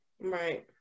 Right